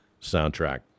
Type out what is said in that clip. soundtrack